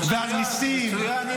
ועל ניסים --- הודו להשם כי טוב.